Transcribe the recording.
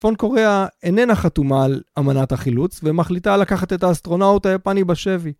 צפון קוריאה איננה חתומה על אמנת החילוץ ומחליטה לקחת את האסטרונאוט היפני בשווי